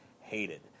hated